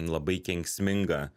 labai kenksmingą